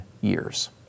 years